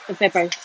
later I buy